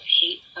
hate